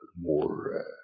more